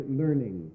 learning